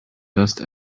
dust